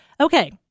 Okay